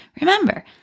Remember